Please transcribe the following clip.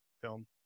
film